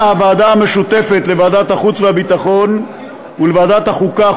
הוועדה המשותפת לוועדת החוץ והביטחון ולוועדת החוקה,